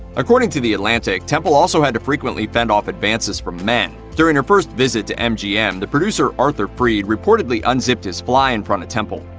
according to the atlantic, temple also had to frequently fend off advances from men. during her first visit to mgm, the producer arthur freed reportedly unzipped his fly in front of temple.